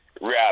wrap